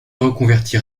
reconvertit